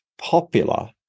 popular